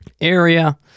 area